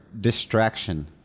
distraction